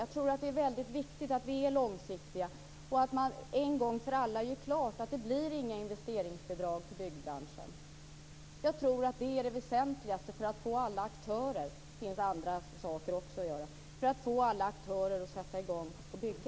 Jag tror att det är väldigt viktigt att vi är långsiktiga och att man en gång för alla gör klart att det inte blir några investeringsbidrag för byggbranschen. Jag tror att det är det väsentligaste - det finns också andra saker att göra - för att få alla aktörer att sätta i gång att bygga.